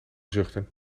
zuchten